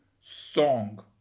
song